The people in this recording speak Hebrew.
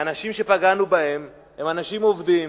האנשים שפגענו בהם הם אנשים עובדים,